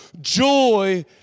Joy